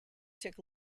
took